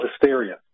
hysteria